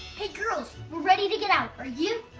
hey girls, we're ready to get out. are you?